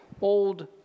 old